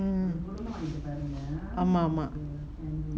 mm ஆமா ஆமா:ama ama